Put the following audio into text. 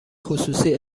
خصوصی